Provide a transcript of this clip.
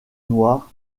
noir